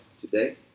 today